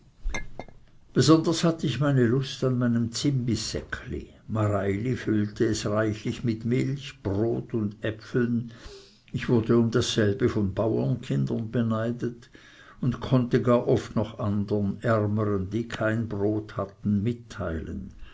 besonders hatte ich meine lust an meinem zimißsäckli mareili füllte es reichlich mit milch brot und äpfeln ich wurde um dasselbe von bauernkindern beneidet und konnte gar oft noch andern ärmern die kein brot hatten mitteilen